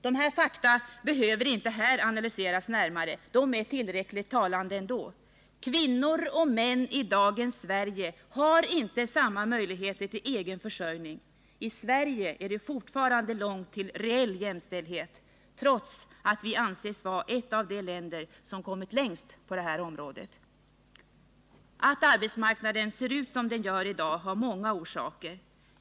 Dessa fakta behöver inte här analyseras närmare; de är tillräckligt talande ändå. Kvinnor och män i dagens Sverige har inte samma möjligheter till egen försörjning. I Sverige är det fortfarande långt till en reell jämställdhet, trots att Sverige anses vara ett av de länder som kommit längst på det området. Att arbetsmarknaden ser ut som den gör i dag har många orsaker.